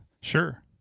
sure